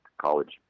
College